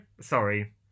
Sorry